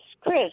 Chris